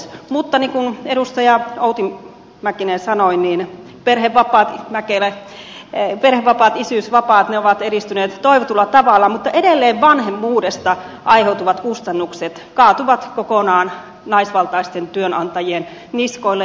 niin kuin edustaja outi mäkelä sanoi niin perhevapaat isyysvapaat ovat edistyneet toivotulla tavalla mutta edelleen vanhemmuudesta aiheutuvat kustannukset kaatuvat kokonaan naisvaltaisten työnantajien niskoille